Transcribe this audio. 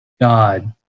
God